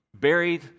buried